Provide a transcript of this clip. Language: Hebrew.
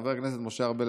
חבר הכנסת משה ארבל,